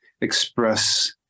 express